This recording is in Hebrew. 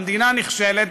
המדינה נכשלת,